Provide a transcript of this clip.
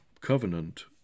covenant